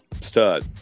stud